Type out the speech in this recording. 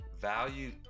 Value